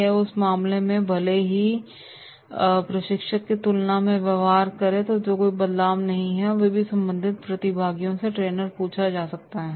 या उस मामले में भले ही प्रशिक्षक की तुलना में व्यवहार में कोई बदलाव न होफिर भी संबंधित प्रतिभागियों से ट्रेनर को पूछना पड़ता है